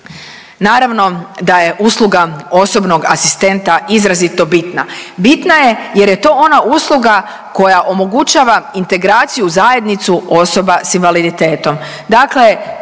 Naravno da je usluga osobnog asistenta izrazito bitna. Bitna je jer je to ona usluga koja omogućava integraciju u zajednicu osoba s invaliditetom.